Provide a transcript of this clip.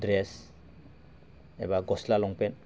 dress एबा गस्ला लंफेन